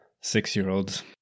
six-year-olds